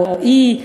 רועי,